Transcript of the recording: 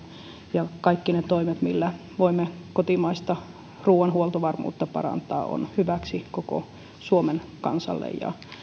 ja kaikki ne toimet millä voimme kotimaista ruuan huoltovarmuutta parantaa ovat hyväksi koko suomen kansalle ja